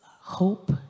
hope